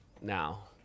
Now